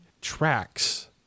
tracks